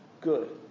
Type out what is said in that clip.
good